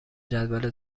جدول